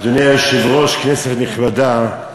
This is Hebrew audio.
אדוני היושב-ראש, כנסת נכבדה,